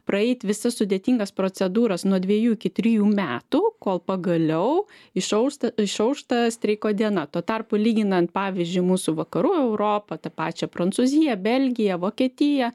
praeit visas sudėtingas procedūras nuo dviejų iki trijų metų kol pagaliau išaušta išaušta streiko diena tuo tarpu lyginant pavyzdžiui mūsų vakarų europą tą pačią prancūziją belgiją vokietiją